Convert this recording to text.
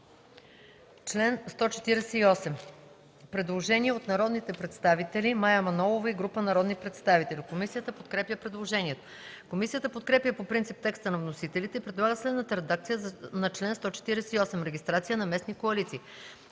чл. 88. Предложение от народния представител Мая Манолова и група народни представители за чл. 148. Комисията подкрепя предложението. Комисията подкрепя по принцип текста на вносителите и предлага следната редакция на чл. 148: „Регистрация на местни коалиции